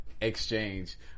exchange